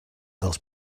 dels